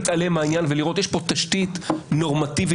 דהיינו פסיקות של בית הדין הרבני,